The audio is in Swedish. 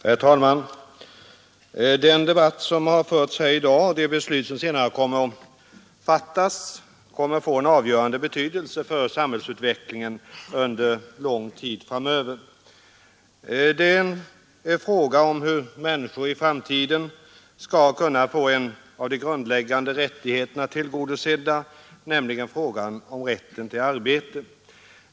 Herr talman! Den debatt som förts här i dag och de beslut som senare kommer att fattas kommer att få en avgörande betydelse för samhällsutvecklingen under lång tid framöver. Det är i detta sammanhang fråga om hur människorna i framtiden skall kunna få en av de grundläggande rättigheterna tillgodosedd, nämligen rätten till arbete.